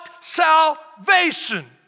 salvation